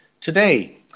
today